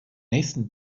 nächsten